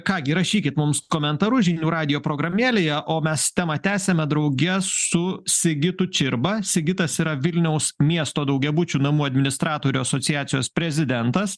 ką gi rašykit mums komentarus žinių radijo programėlėje o mes temą tęsiame drauge su sigitu čirba sigitas yra vilniaus miesto daugiabučių namų administratorių asociacijos prezidentas